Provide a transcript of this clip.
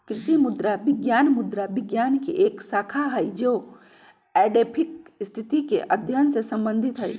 कृषि मृदा विज्ञान मृदा विज्ञान के एक शाखा हई जो एडैफिक स्थिति के अध्ययन से संबंधित हई